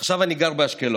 עכשיו אני גר באשקלון,